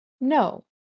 no